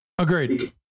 Agreed